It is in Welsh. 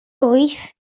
wyth